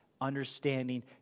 understanding